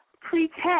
pretend